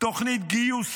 תוכנית גיוס